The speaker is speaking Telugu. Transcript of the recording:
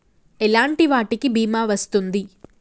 ఎలాంటి వాటికి బీమా వస్తుంది?